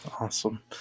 Awesome